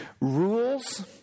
Rules